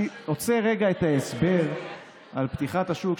אני עוצר רגע את ההסבר על פתיחת השוק,